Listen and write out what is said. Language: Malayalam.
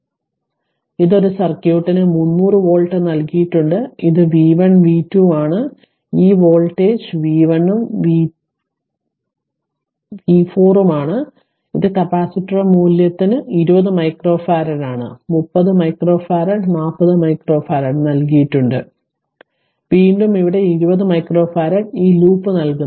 അതിനാൽ ഇത് ഒരു സർക്യൂട്ടിന് 300 വോൾട്ട് നൽകിയിട്ടുണ്ട് ഇത് v1 v2 ആണ് ഈ വോൾട്ടേജ് വി1 ഉം വി 4 ഉം എല്ലാ കപ്പാസിറ്റർ മൂല്യത്തിനും 20 മൈക്രോഫാരഡ് 30 മൈക്രോഫറാഡ് 40 മൈക്രോഫറാഡ് നൽകിയിട്ടുണ്ട് വീണ്ടും ഇവിടെ 20 മൈക്രോഫാരഡ് ഈ ലൂപ്പ് നൽകുന്നു